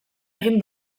egin